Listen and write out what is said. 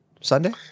Sunday